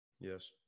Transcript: Yes